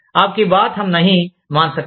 ఆప్ కి బాట్ హమ్ నహీ మాన్ సాక్టే